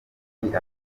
ubundi